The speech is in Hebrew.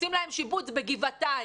עושים להם שיבוץ בגבעתיים?